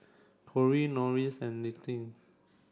Corie Norris and Linette